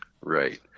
Right